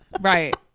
Right